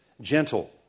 gentle